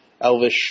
elvish